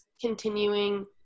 continuing